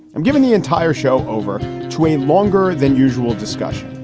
i'm giving the entire show over to a longer than usual discussion,